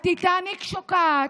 הטיטניק שוקעת,